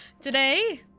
Today